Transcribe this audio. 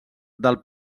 del